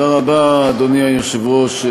אדוני היושב-ראש,